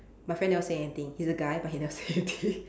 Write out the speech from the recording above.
my friend never say anything he's a guy but he never say anything